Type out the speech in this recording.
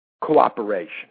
cooperation